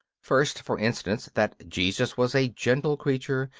first, for instance, that jesus was a gentle creature,